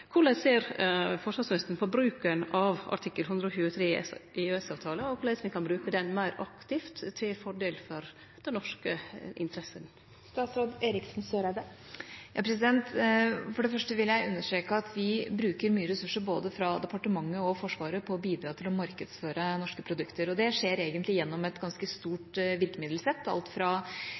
Korleis ser forsvarsministeren på bruken av artikkel 123 i EØS-avtalen, og korleis kan me bruke han meir aktivt til fordel for dei norske interessene? For det første vil jeg understreke at vi bruker mange ressurser – både fra departementet og fra Forsvaret – på å bidra til å markedsføre norske produkter. Det skjer egentlig gjennom et ganske stort virkemiddelsett, alt